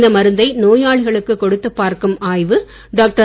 இந்த மருந்தை நோயாளிகளுக்கு கொடுத்துப் பார்க்கும் ஆய்வு டாக்டர்